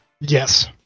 Yes